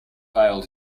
failed